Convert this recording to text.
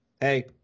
hey